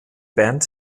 band